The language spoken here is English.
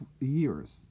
years